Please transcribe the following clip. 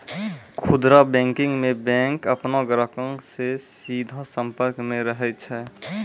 खुदरा बैंकिंग मे बैंक अपनो ग्राहको से सीधा संपर्क मे रहै छै